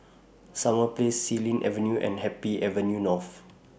Summer Place Xilin Avenue and Happy Avenue North